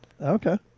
Okay